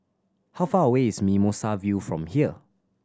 how far away is Mimosa View from here